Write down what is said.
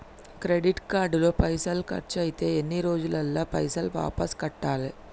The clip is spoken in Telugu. క్రెడిట్ కార్డు లో పైసల్ ఖర్చయితే ఎన్ని రోజులల్ల పైసల్ వాపస్ కట్టాలే?